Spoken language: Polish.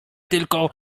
tylko